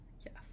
yes